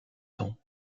temps